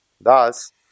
Thus